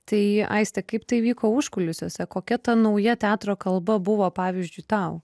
tai aiste kaip tai vyko užkulisiuose kokia ta nauja teatro kalba buvo pavyzdžiui tau